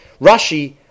Rashi